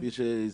כפי שהסבירו לך,